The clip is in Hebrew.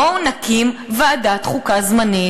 בואו נקים ועדת חוקה זמנית.